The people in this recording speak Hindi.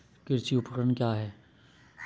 कृषि उपकरण क्या है?